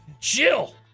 Chill